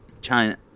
China